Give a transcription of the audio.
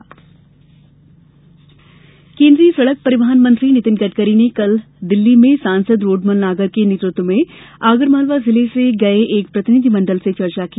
चारलेन सड़क केन्द्रीय सड़क परिवहन मंत्री नितिन गड़करी ने कल दिल्ली में सांसद रोड़मल नागर के नेतृत्व में आगरमालवा जिले से गये एक प्रतिनिधि मंडल से चर्चा की